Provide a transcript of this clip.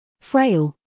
Frail